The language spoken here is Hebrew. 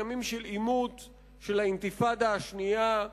האינתיפאדה השנייה,